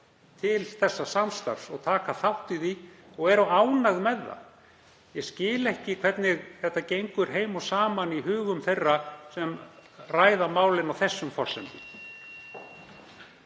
til þessa samstarfs og taka þátt í því og eru ánægðar með það? Ég skil ekki hvernig þetta kemur heim og saman í hugum þeirra sem ræða málin á þessum forsendum.